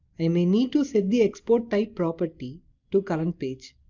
i may need to set the export type property to currentpage.